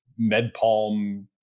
MedPalm